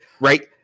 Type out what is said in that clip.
right